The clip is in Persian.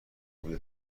بوی